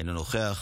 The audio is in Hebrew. אינו נוכח,